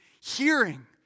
hearing